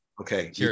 Okay